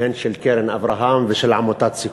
הן של "קרן אברהם" ושל עמותת "סיכוי".